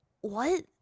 What